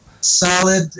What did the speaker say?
Solid